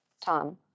Tom